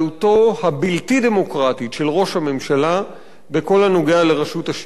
הבלתי דמוקרטית של ראש הממשלה בכל הנוגע לרשות השידור.